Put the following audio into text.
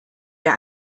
wer